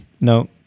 No